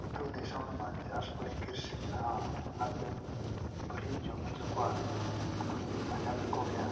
ᱟᱛᱳ ᱫᱤᱥᱚᱢ ᱨᱮᱢᱟ ᱪᱟᱹᱥ ᱵᱟᱹᱲᱤ ᱠᱤᱨᱥᱤ ᱢᱮᱱᱟᱜᱼᱟ ᱚᱱᱟ ᱠᱚᱞᱤᱧ ᱵᱟᱹᱞᱤᱧ ᱡᱚᱢ ᱦᱚᱪᱚ ᱠᱚᱣᱟ ᱩᱱᱠᱩ ᱞᱤᱧ ᱯᱟᱸᱡᱟ ᱠᱟᱠᱚ ᱜᱮᱭᱟ